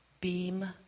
Beam